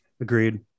Agreed